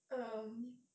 um